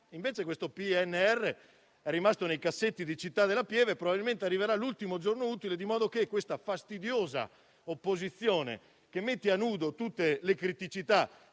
invece questo PNRR è rimasto nei cassetti di Città della Pieve e probabilmente arriverà l'ultimo giorno utile, di modo che questa fastidiosa opposizione che mette a nudo tutte le criticità